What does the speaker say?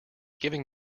giving